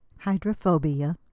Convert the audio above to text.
Hydrophobia